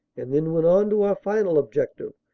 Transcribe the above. and then went on to our final objective,